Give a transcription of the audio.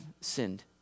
sinned